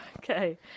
Okay